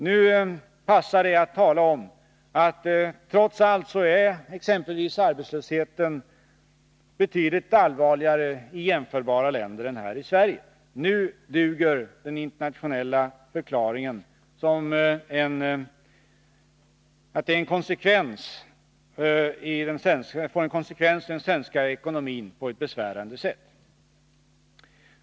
Nu passar det att tala om att exempelvis arbetslösheten trots allt är betydligt allvarligare i jämförbara länder än här i Sverige. Nu duger förklaringen att de internationella förhållandena får en konsekvens i den svenska ekonomin på ett besvärande sätt.